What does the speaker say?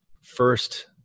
first